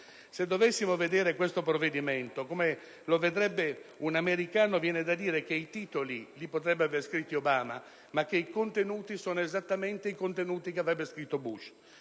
Se dovessimo vedere questo provvedimento come lo vedrebbe un americano, viene da dire che i titoli li potrebbe aver scritti Obama, ma che i contenuti sono esattamente quelli che avrebbe scritto Bush.